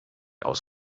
aus